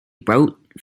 wrote